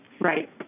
Right